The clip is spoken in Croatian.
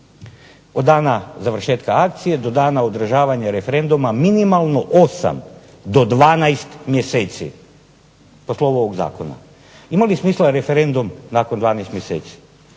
od dana završetka akcije do dana održavanja referenduma minimalno 8 do 12 mjeseci po slovu ovog zakona. Imali smo isto referendum nakon 12 mjeseci